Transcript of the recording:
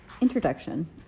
Introduction